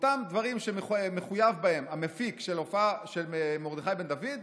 אותם דברים שמחויב בהם המפיק של ההופעה של מרדכי בן דוד.